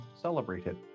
celebrated